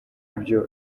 byo